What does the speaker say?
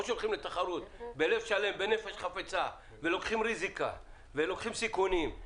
או שהולכים לתחרות בלב שלם ובנפש חפצה ולוקחים ריזיקה ולוקחים סיכונים.